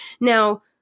Now